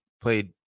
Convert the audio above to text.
played